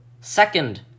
Second